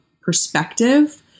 perspective